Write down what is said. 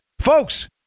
folks